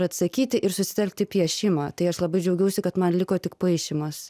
ir atsakyti ir susitelkt į piešimą tai aš labai džiaugiausi kad man liko tik paišymas